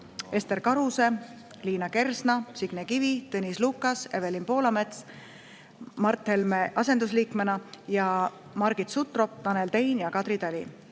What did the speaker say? Ester Karuse, Liina Kersna, Signe Kivi, Tõnis Lukas, Evelin Poolamets Mart Helme asendusliikmena, Margit Sutrop, Tanel Tein ja Kadri Tali.